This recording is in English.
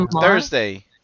Thursday